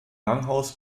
langhaus